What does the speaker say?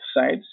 sides